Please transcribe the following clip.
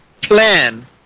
plan